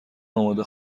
آماده